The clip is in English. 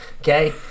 okay